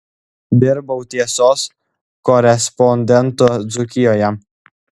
dirbau tiesos korespondentu dzūkijoje